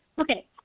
Okay